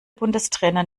bundestrainer